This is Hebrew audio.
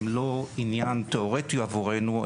הם לא עניין תיאורטי עבורנו.